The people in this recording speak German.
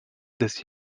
des